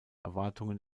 erwartungen